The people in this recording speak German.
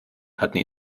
hatten